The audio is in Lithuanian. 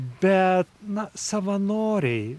bet na savanoriai